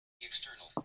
External